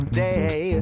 day